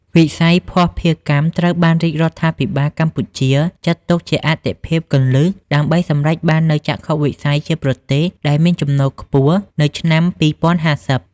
វិស័យភស្តុភារកម្មត្រូវបានរាជរដ្ឋាភិបាលកម្ពុជាចាត់ទុកជាអាទិភាពគន្លឹះ ដើម្បីសម្រេចបាននូវចក្ខុវិស័យជាប្រទេសដែលមានចំណូលខ្ពស់នៅឆ្នាំ ២០៥០។